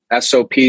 SOP